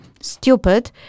stupid